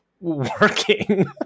working